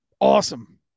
awesome